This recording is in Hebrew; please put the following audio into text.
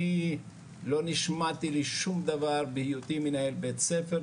אני לא נשמעתי לשום דבר בהיותי מנהל בית ספר,